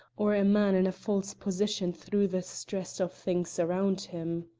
or a man in a false position through the stress of things around him.